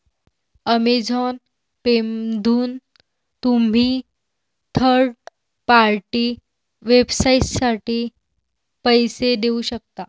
Amazon पेमधून तुम्ही third party वेबसाइटसाठी पैसे देऊ शकता